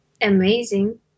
Amazing